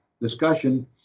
discussion